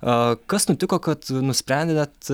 aa kas nutiko kad nusprendėt net